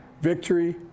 victory